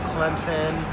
Clemson